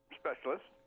specialist